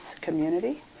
community